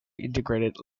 integrated